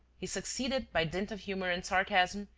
he succeeded, by dint of humour and sarcasm,